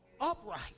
upright